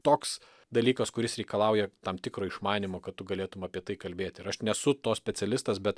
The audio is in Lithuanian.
toks dalykas kuris reikalauja tam tikro išmanymo kad tu galėtum apie tai kalbėti ir aš nesu to specialistas bet